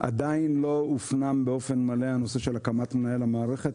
עדיין לא הופנם באופן מלא הנושא של הקמת מנהל המערכת.